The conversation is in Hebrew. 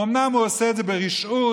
אומנם הוא עושה את זה ברשעות,